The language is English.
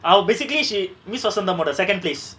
I will basically she miss vasantham ஓட:oda second place